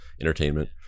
entertainment